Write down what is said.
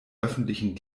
öffentlichen